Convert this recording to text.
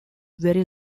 very